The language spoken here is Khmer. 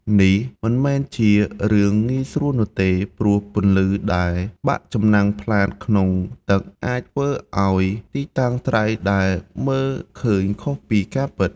នេះមិនមែនជារឿងងាយស្រួលនោះទេ ព្រោះពន្លឺដែលបាក់ចំណាំងផ្លាតក្នុងទឹកអាចធ្វើឲ្យទីតាំងត្រីដែលមើលឃើញខុសពីការពិត។